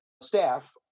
staff